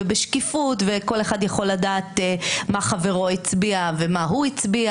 בשקיפות וכל אחד יכול לדעת מה חברו הצביע ומה הוא הצביע